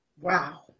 Wow